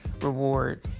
reward